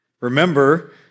Remember